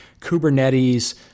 Kubernetes